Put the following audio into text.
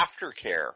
aftercare